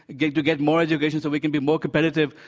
again to get more education so we can be more competitive,